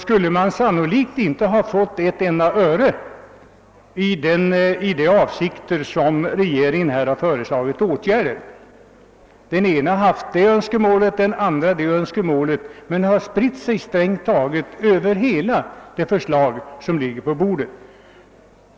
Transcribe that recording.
skulle vi sannolikt inte få in ett enda öre genom de åtgärder som regeringen har föreslagit. Önskemål från det ena eller andra hållet har spritts över strängt talet alla punkter i det förslag som ligger på bordet.